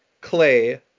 Clay